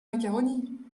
macaroni